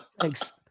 Thanks